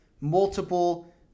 multiple